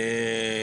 כן.